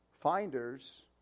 finders